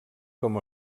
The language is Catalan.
com